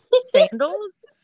sandals